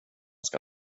ska